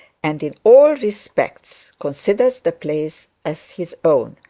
and in all respects considers the place as his own.